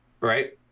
Right